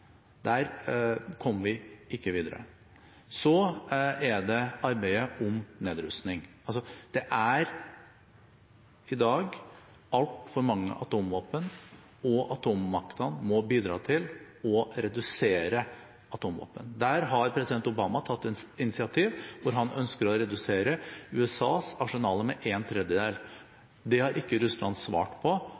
Der kom vi ikke videre. Så er det arbeidet med nedrustning. Det er i dag altfor mange atomvåpen, og atommaktene må bidra til å redusere mengden atomvåpen. Der har president Obama tatt et initiativ, for han ønsker å redusere USAs arsenal med én tredjedel. Det har ikke Russland svart på